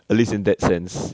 at least in that sense